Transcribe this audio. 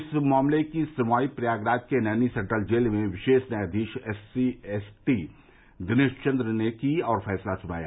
इस मामले की सुनवाई प्रयागराज के नैनी सेन्ट्रल जेल में विशेष न्यायाधीश एससीएसटी दिनेश चन्द्र ने की और फैसला सुनाया